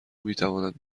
میتواند